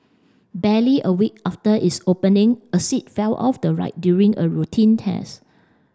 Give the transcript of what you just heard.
barely a week after its opening a seat fell off the ride during a routine test